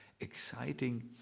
exciting